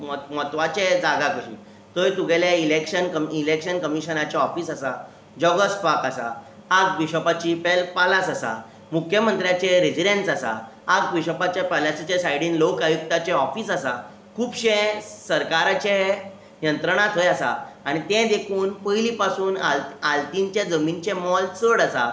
म्हत्वाची जागा कशी थंय तुगेलें इलेक्श इलेक्शन कमीशनाचें ऑफीस आसा जॉगर्स आसा आर्च बिशोपाची पा पालास आसा मुक्यमंत्र्याचें रेजिडेंट आसा आर्च बिशोप पालासाचे सायडीक लोकयुक्ताचें ऑफीस आसा खबशे सरकाराचें यंत्रणां थंय आसा आनी तें देकून पयलीं पासून आल आल्तीनचें जमनीचें मोल चड आसा